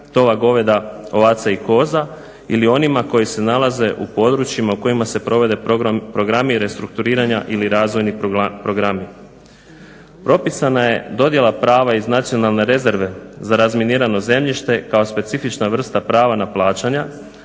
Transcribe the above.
tova goveda, ovaca i koza ili onima koji se nalaze u područjima u kojima se provode programi restrukturiranja ili razvojni programi. Propisana je dodjela prava iz nacionalne rezerve za razminirano zemljište kao specifična vrsta prava na plaćanja